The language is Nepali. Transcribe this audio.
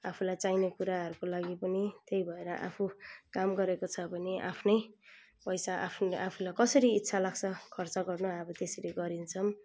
आफूलाई चाहिने कुराहरूको लागि पनि त्यही भएर आफू काम गरेको छ भने आफ्नै पैसा आफूले आफूलाई कसरी इच्छा लाग्छ खर्च गर्न अब त्यसरी गरिन्छ